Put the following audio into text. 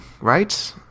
right